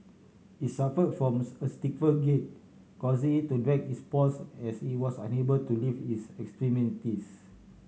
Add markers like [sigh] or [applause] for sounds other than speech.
it's suffer from [unintelligible] a stiffer gait causing it to drag its paws as it was unable to lift its extremities